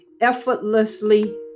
effortlessly